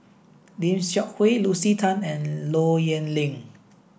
Lim Seok Hui Lucy Tan and Low Yen Ling